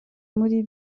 muri